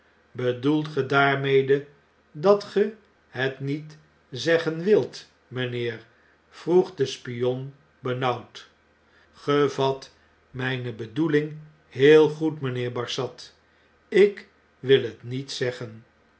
bedoelt ge daarmede dat ge het niet zeggen wilt mynheer vroeg de spion benauwd gevat mijne bedoeling heel goed mgnheer barsad ik wil het niet zeggen